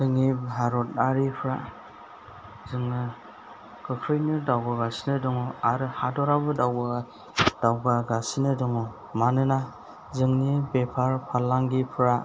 जोंनि भारतआरिफ्रा जोङो गोख्रैनो दावबोगासिनो दङ आरो हादोरावबो दावगा गासिनो दङ मानोना जोंनि बेफार फालांगिफ्रा